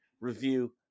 review